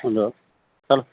hello hello